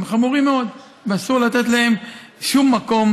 הם חמורים מאוד ואסור לתת להם שום מקום.